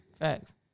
Facts